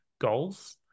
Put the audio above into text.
goals